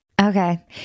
Okay